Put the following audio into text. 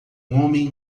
homem